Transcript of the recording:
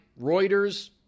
Reuters